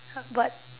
but